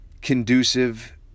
conducive